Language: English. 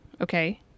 Okay